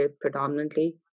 predominantly